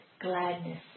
gladness